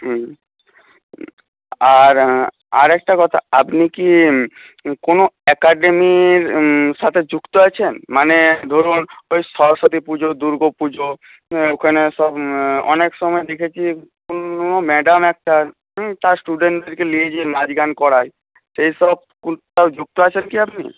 হ্যাঁ আর আরেকটা কথা আপনি কি কোনো আ্যকাডেমির সাথে যুক্ত আছেন মানে ধরুন ওই সরস্বতী পুজো দুর্গা পুজো ওখানে সব অনেক সময় দেখেছি কোনো ম্যাডাম একটা তার স্টুডেন্টদেরকে নিয়ে গিয়ে লাচ গান করায় তো এইসব কোথাও যুক্ত আছেন কি আপনি